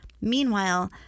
Meanwhile